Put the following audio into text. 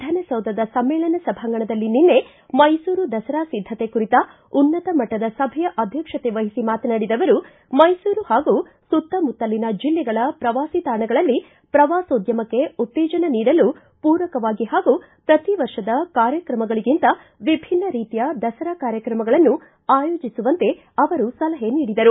ವಿಧಾನಸೌಧದ ಸಮ್ಮೇಳನ ಸಭಾಂಗಣದಲ್ಲಿ ನಿನ್ನೆ ಮೈಸೂರು ದಸರಾ ಸಿದ್ದಕೆ ಕುರಿತ ಉನ್ನತ ಮಟ್ಟದ ಸಭೆಯ ಅಧ್ಯಕ್ಷತೆ ವಹಿಸಿ ಮಾತನಾಡಿದ ಅವರು ಮೈಸೂರು ಹಾಗೂ ಸುತ್ತಮುತ್ತಲಿನ ಜಿಲ್ಲೆಗಳ ಪ್ರವಾಸಿ ತಾಣಗಳಲ್ಲಿ ಪ್ರವಾಸೋದ್ಯಮಕ್ಕೆ ಉತ್ತೇಜನ ನೀಡಲು ಪೂರಕವಾಗಿ ಪಾಗೂ ಪ್ರತಿವರ್ಷದ ಕಾರ್ಯಕ್ರಮಗಳಿಗಿಂತ ವಿಭಿನ್ನ ರೀತಿಯ ದಸರಾ ಕಾರ್ಯಕ್ರಮಗಳನ್ನು ಆಯೋಜಿಸುವಂತೆ ಅವರು ಸಲಹೆ ನೀಡಿದರು